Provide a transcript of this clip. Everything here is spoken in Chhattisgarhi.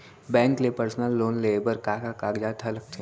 बैंक ले पर्सनल लोन लेये बर का का कागजात ह लगथे?